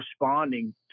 responding